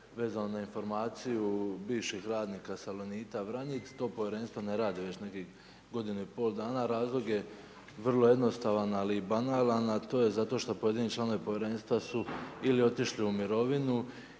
vezano na informaciju bivšeg radnika Salonita Vranjic, to Povjerenstvo ne radi već nekih godinu i pola dana, razlog je vrlo jednostavan ali banalan, a to je zato što pojedini članovi Povjerenstva su ili otišli u mirovinu,